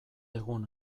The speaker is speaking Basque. egun